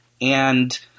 And-